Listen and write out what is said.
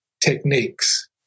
techniques